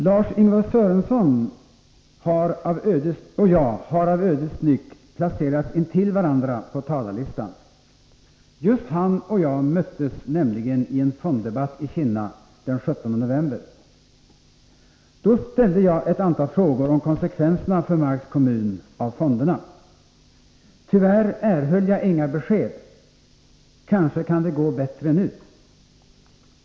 Lars-Ingvar Sörenson och jag har av ödets nyck placerats intill varandra på talarlistan. Just han och jag möttes nämligen i en fonddebatt i Kinna den 17 november. Då ställde jag ett antal frågor om konsekvenserna för Marks kommun av fonderna. Tyvärr erhöll jag inga besked. Kanske kan det gå bättre nu.